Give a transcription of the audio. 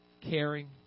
Caring